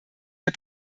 der